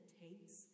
takes